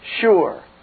sure